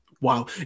Wow